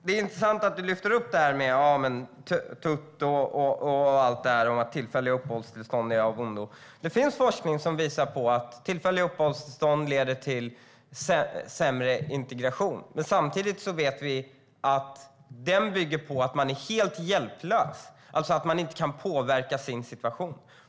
Det är intressant att du lyfter upp TUT och allt det här om att tillfälliga uppehållstillstånd är av ondo. Det finns forskning som visar att tillfälliga uppehållstillstånd leder till sämre integration, men samtidigt vet vi att det bygger på att människor är helt hjälplösa och inte kan påverka sin situation.